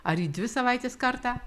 ar į dvi savaites kartą